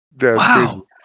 Wow